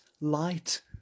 light